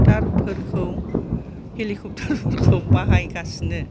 कफ्थारफोरखौ हेलिक'फ्थारफोरखौ बाहाय गासिनो